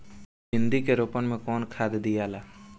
भिंदी के रोपन मे कौन खाद दियाला?